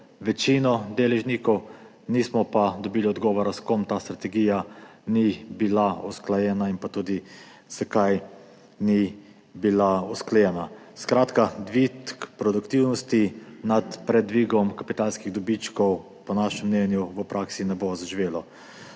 večino deležnikov, nismo pa dobili odgovora, s kom ta strategija ni bila usklajena in tudi zakaj ni bila usklajena. Skratka, dvig produktivnosti pred dvigom kapitalskih dobičkov po našem mnenju v praksi ne bo zaživel.